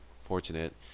fortunate